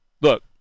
Look